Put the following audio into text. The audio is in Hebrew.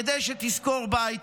כדי שתשכור בית,